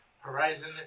Horizon